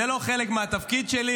זה לא חלק מהתפקיד שלי.